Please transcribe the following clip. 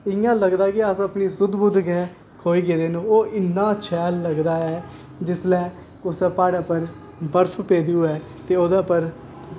इंया लगदा की अस अपनी सुध बुध गै खोई गेदे न ओह् इन्ना शैल लगदा ऐ जिसलै कुसै प्हाड़े पर बर्फ पेदी होऐ ते ओह्दे उप्पर